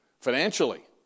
financially